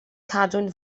cadwyn